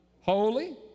holy